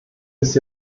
ist